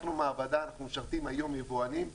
אנחנו מעבדה שמשרתת היום יבואנים,